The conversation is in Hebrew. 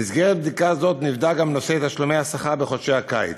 במסגרת בדיקה זאת נבדק גם נושא תשלומי השכר בחודשי הקיץ.